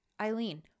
eileen